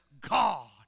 God